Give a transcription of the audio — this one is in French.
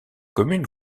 commune